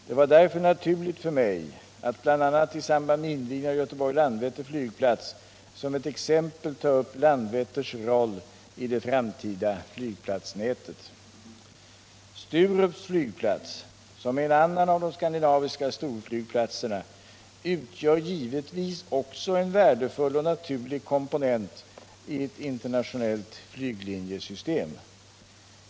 Det var därför naturligt för mig att bl.a. i samband med invigningen av Göteborg-Landvetter flygplats som ett exempel ta upp Landvetters roll i det framtida flygplansnätet. Sturups flygplats, som är en annan av de skandinaviska storflygplatserna, utgör givetvis också en värdefull och naturlig komponent i ett internationellt flyglinjesystem.